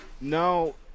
No